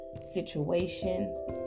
situation